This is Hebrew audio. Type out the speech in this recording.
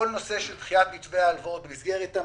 כל הנושא של דחיית מתווה ההלוואות במסגרת המתווה,